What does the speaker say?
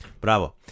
Bravo